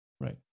Right